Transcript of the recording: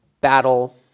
battle